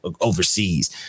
overseas